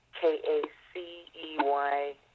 K-A-C-E-Y